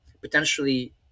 potentially